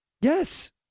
Yes